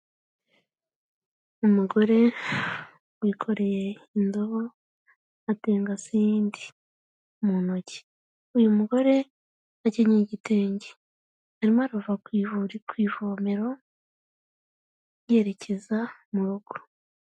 Umugore wikoreye indobo, atengase iyindi mu ntoki, uyu mugore akenyeye igitenge, arimo arava ku ivomero, yerekeza mu rugo.